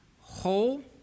whole